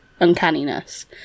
Uncanniness